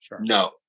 No